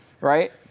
right